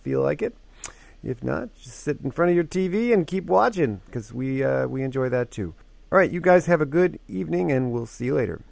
feel like it if not sit in front of your t v and keep watching because we we enjoy that too right you guys have a good evening and we'll see you later